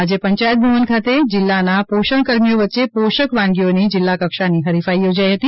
આજ પંયાયત ભવન ખાતે જિલ્લાના પોષણકર્મીઓ વચ્ચે પોષક વાનગીઓની જિલ્લા કક્ષાની હરીફાઇ યોજાઇ હતી